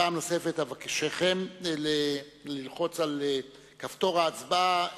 פעם נוספת אבקשכם ללחוץ על כפתור ההצבעה,